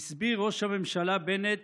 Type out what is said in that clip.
הסביר ראש הממשלה בנט